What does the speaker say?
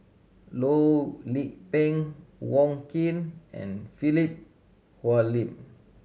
Loh Lik Peng Wong Keen and Philip Hoalim